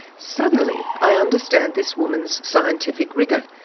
suddenly, i understand this woman's scientific rigour.